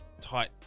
Tight